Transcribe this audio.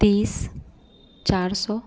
तीस चार सौ